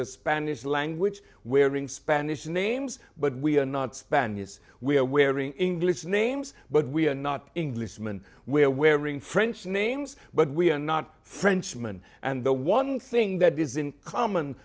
the spanish language wearing spanish names but we are not spend his we are wearing english names but we are not englishman we are wearing french names but we are not frenchmen and the one thing that is in common